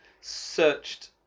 searched